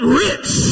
rich